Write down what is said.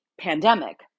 pandemic